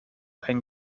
ein